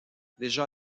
déjà